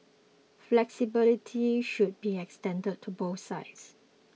flexibility should be extended to both sides